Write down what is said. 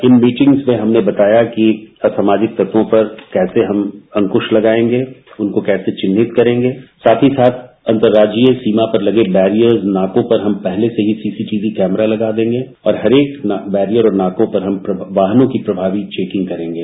इन meeting में हमने बताया कि असामाजिकतत्वों पर कैसे हम अंकुत्त लगायंगे उसको कैसे चिन्हित करेंगे साथ ही साथ अतर्राज्जीय सीमा पर लगे बैरियर नाको पर हम पहले से ही सीसी टीवी कैमरा लगा देंगे और हर एक बैरियर और नाकों पर वाहनों की भारी चेकिंग करेंगे